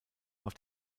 auf